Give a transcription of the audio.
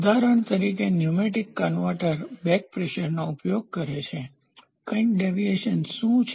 ઉદાહરણ તરીકે pneumatic converter બેકપ્રેશરનો ઉપયોગ કરે છે કંઈક ડેવિએશન શું છે